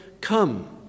Come